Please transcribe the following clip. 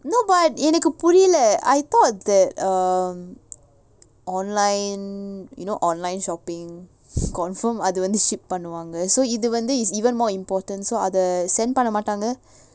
no but எனக்கு புரில:enaku pureela I thought that um online you know online shopping confirm அது வந்து:athu vanthu ship பண்ணுவாங்க:pannuvaanga so இது வந்து:ithu vanthu it's even more important so அத:atha send பண்ண மாட்டாங்க:panna maataanga